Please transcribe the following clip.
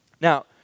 Now